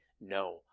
no